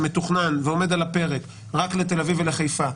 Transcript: שמתוכנן ועומד על הפרק רק לתל אביב ולחיפה,